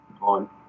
on